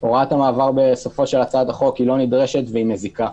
הוראת המעבר בסופה של הצעת החוק לא נדרשת ומזיקה.